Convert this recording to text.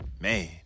man